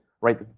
right